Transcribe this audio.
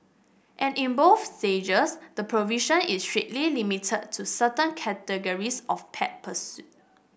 and in both the provision is strictly limited to certain categories of pet pursuit